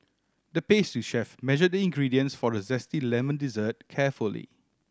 the pastry chef measured the ingredients for a zesty lemon dessert carefully